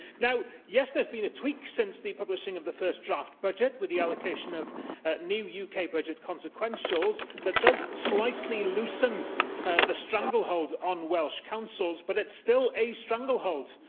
now, yes, there's been a tweak since the publishing of the first draft budget, with the allocation of new yeah uk budget consequentials that does slightly loosen the stranglehold on welsh councils, but it's still a stranglehold,